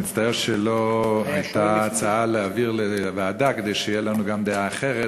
אני מצטער שלא הייתה הצעה להעביר לוועדה כדי שתהיה לנו גם דעה אחרת.